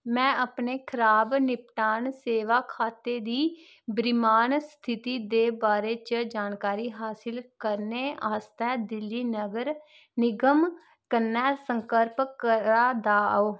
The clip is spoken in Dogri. में अपने खराब निपटान सेवा खात्ते दी वर्तमान स्थिति दे बारे च जानकारी हासल करने आस्तै दिल्ली नगर निगम कन्नै संपर्क करा दा ओ